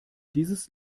dieses